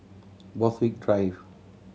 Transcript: Borthwick Drive